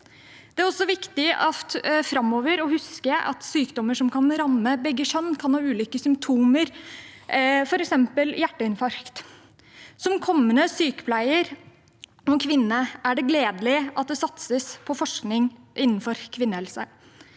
Det er også viktig framover å huske at sykdommer som kan ramme begge kjønn, kan ha ulike symptomer, f.eks. hjerteinfarkt. Som kommende sykepleier og kvinne synes jeg det er gledelig at det satses på forskning innenfor kvinnehelse,